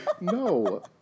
No